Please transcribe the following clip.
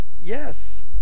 Yes